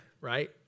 right